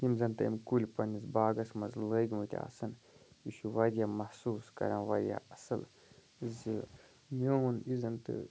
یِم زَن تٔمۍ کُلۍ پنٛنِس باغَس منٛز لٲگۍمٕتۍ آسَن یہِ چھُ واریاہ محسوٗس کَران واریاہ اَصٕل زِ میون یُس زَن تہٕ